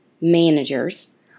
managers